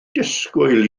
disgwyl